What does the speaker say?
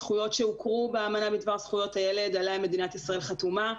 זכויות שהוכרו באמנה בדבר זכויות הילד עליה מדינת ישראל חתומה.